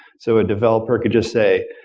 so a developer could just say,